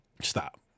stop